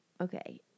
Okay